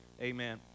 Amen